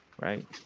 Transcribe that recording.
Right